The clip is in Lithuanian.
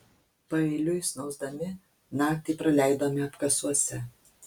paeiliui snausdami naktį praleidome apkasuose